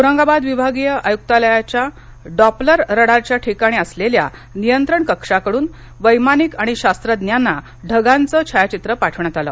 औरंगाबाद विभागीय आयुक्तालयाच्या डॉप्लर रडारच्या ठिकाणी असलेल्या नियंत्रण कक्षाकडून वैमानिक आणि शास्त्रज्ञांना ढगांचं छायाचित्र पाठवण्यात आलं